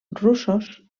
russos